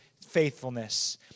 faithfulness